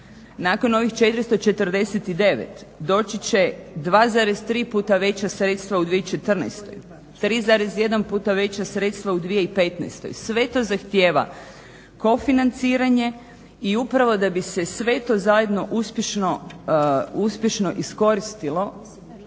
Nakon ovih 449 doći će 2,3 puta veća sredstva u 2014., 3,1 puta veća sredstava u 2015. Sve to zahtjeva kofinanciranje i upravo da bi se sve to zajedno uspješno iskoristilo.